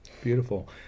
Beautiful